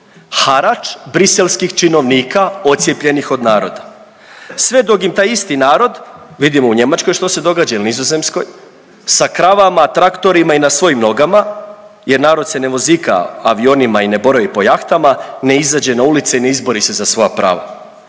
Harač briselskih činovnika odcijepljenih od naroda. Sve dok im taj isti narod, vidimo u Njemačkoj što se događa i Nizozemskoj sa kravama, traktorima i na svojim nogama jer narod se ne vozika avionima i ne boravi po jahtama ne izađe na ulice i ne izbori se za svoja prava.